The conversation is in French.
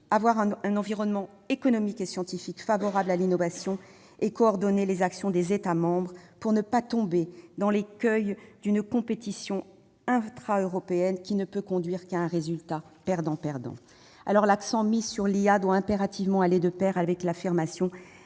avoir un environnement économique et scientifique favorable à l'innovation et coordonner les actions des États membres pour ne pas tomber dans l'écueil d'une compétition intra-européenne qui ne peut conduire qu'à un résultat perdant-perdant. L'accent mis sur l'IA doit impérativement aller de pair avec l'affirmation